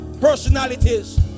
personalities